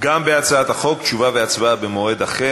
גם בהצעת החוק הזאת תשובה והצבעה במועד אחר.